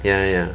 ya ya